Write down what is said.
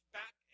back